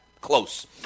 Close